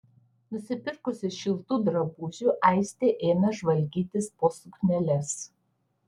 nusipirkusi šiltų drabužių aistė ėmė žvalgytis po sukneles